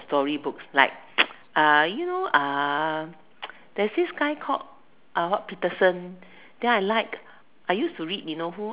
story books like uh you know uh there's this guy called uh what Peterson then I like I used to read you know who